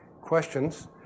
questions